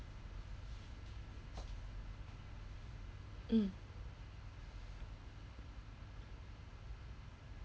mm